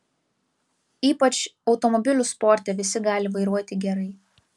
ypač automobilių sporte visi gali vairuoti gerai